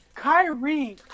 Kyrie